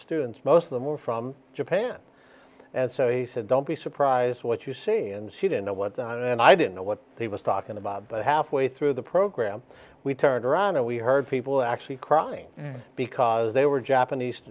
students most of them were from japan and so they said don't be surprised what you see and she didn't know what then i didn't know what he was talking about but halfway through the program we turned around and we heard people actually crying because they were japanese